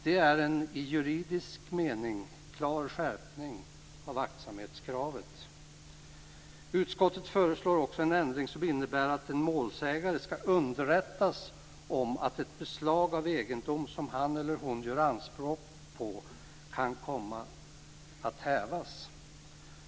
Det är en i juridisk mening klar skärpning av aktsamhetskravet. Utskottet föreslår också en ändring som innebär att en målsägande skall underrättas om att ett beslag av egendom som han eller hon gör anspråk på kan komma att hävas.